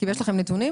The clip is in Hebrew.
יש לכם נתונם?